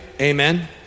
amen